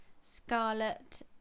Scarlet